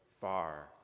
far